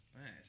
Nice